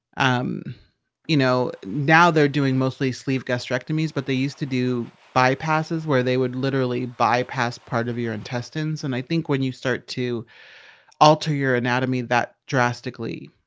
um you know, now they're doing mostly sleeve gastrectomy, but they used to do bypasses, where they would literally bypass part of your intestines. and i think when you start to alter your anatomy that drastically.